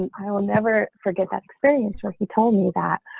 i will never forget that experience where he told me that,